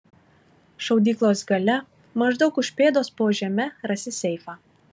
šaudyklos gale maždaug už pėdos po žeme rasi seifą